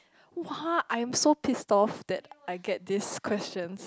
!wah! I am so pissed off that I get these questions